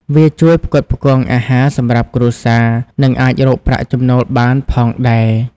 វាជួយផ្គត់ផ្គង់អាហារសម្រាប់គ្រួសារ និងអាចរកប្រាក់ចំណូលបានផងដែរ។